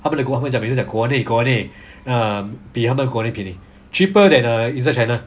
他们的国会讲国内国内 !huh! 比他们国内便宜 cheaper than err inside china